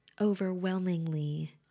overwhelmingly